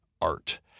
art